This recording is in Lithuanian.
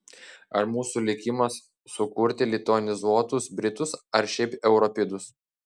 ar mūsų likimas sukurti lituanizuotus britus ar šiaip europidus